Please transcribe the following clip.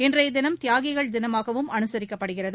இன்றைய தினம் தியாகிகள் தினமாகவும் அனுசரிக்கப்படுகிறது